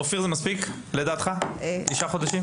אופיר, זה מספיק, לדעתך, תשעה חודשים?